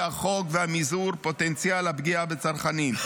החוק ומזעור פוטנציאל הפגיעה בצרכנים.